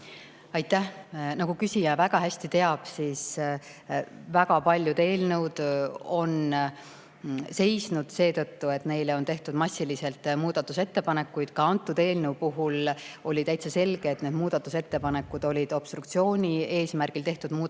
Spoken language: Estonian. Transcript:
Aitäh! Nagu küsija väga hästi teab, siis väga paljud eelnõud on seisnud seetõttu, et nende kohta on tehtud massiliselt muudatusettepanekuid. Ka antud eelnõu puhul oli täitsa selge, et need muudatusettepanekud olid obstruktsiooni eesmärgil tehtud muudatusettepanekud,